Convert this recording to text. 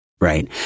right